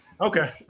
Okay